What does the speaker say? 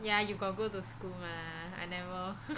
yeah you got to go to school mah I never